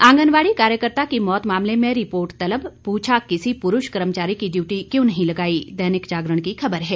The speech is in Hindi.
आंगनबाड़ी कार्यकर्ता की मौत मामले में रिपोर्ट तलब पूछा किसी पुरुष कर्मचारी की ड्यूटी क्यों नहीं लगाई दैनिक जागरण की खबर है